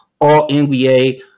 All-NBA